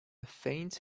faint